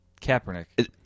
Kaepernick